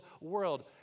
world